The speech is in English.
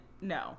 No